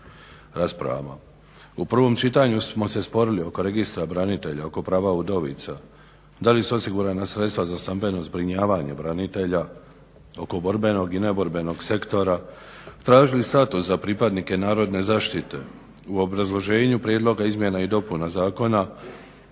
U prvom čitanju smo se sporili oko Registra branitelja, oko prava udovica da li su osigurana sredstva za stambeno zbrinjavanje branitelja, oko borbenog i neborbenog sektora, tražili status za pripadnike narodne zaštite u obrazloženju prijedloga izmjena i dopuna zakona